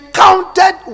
counted